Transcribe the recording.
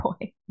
boy